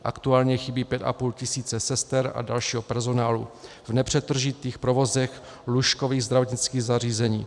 Aktuálně chybí 5 500 sester a dalšího personálu v nepřetržitých provozech lůžkových zdravotnických zařízení.